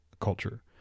culture